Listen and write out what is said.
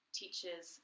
teaches